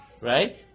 Right